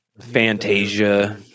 Fantasia